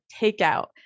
takeout